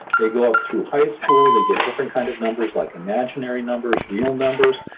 they go up through high school they get different kinds of numbers, like imaginary numbers, real numbers.